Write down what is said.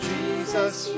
Jesus